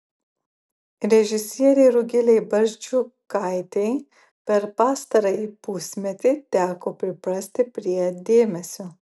režisierei rugilei barzdžiukaitei per pastarąjį pusmetį teko priprasti prie dėmesio